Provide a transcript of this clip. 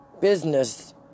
business